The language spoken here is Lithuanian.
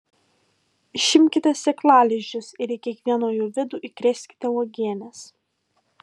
išimkite sėklalizdžius ir į kiekvieno jų vidų įkrėskite uogienės